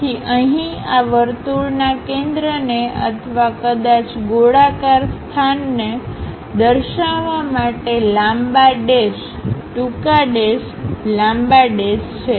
તેથી અહીં આ વર્તુળના કેન્દ્રને અથવા કદાચ ગોળાકાર સ્થાનને દર્શાવવા માટે લાંબા ડેશ ટૂંકા ડેશ લાંબા ડેશ છે